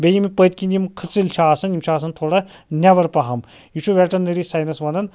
بیٚیہِ یم پٔتکن یم کھٕسل چھِ آسان یم چھِ آسان تھوڑا نیٚبر پَہَم یہِ چھُ ویٚٹانٔری ساینَس ونان